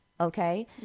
okay